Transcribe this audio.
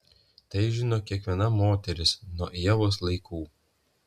tai žino kiekviena moteris nuo ievos laikų